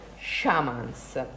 shamans